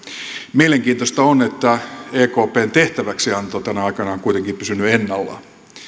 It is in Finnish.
mielenkiintoista on että ekpn tehtäväksianto tänä aikana on kuitenkin pysynyt ennallaan